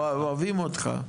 אוהבים אותך.